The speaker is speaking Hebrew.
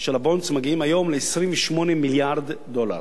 של "הבונדס" מגיעים היום ל-28 מיליארד דולר,